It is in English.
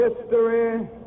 history